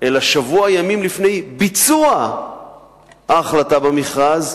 אלא שבוע ימים לפני ביצוע ההחלטה במכרז,